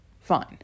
Fine